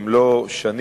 אם לא שנים,